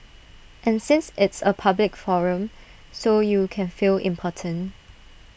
and since it's A public forum so you can feel important